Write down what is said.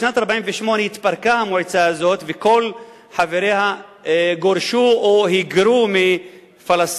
בשנת 1948 התפרקה המועצה הזאת וכל חבריה גורשו או היגרו מפלסטין,